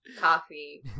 coffee